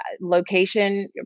location